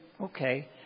okay